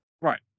Right